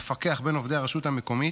מפקח מבין עובדי הרשות המקומית.